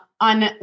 on